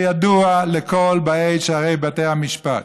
זה ידוע לכל באי שערי בתי המשפט.